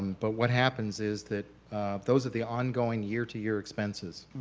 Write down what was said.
but what happens is that those are the ongoing year to year expenses.